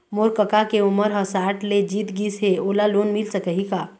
मोर कका के उमर ह साठ ले जीत गिस हे, ओला लोन मिल सकही का?